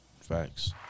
Facts